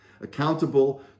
accountable